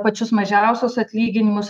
pačius mažiausius atlyginimus